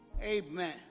Amen